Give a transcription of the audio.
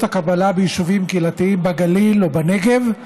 הקבלה ביישובים קהילתיים בגליל ובנגב.